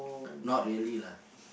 not really lah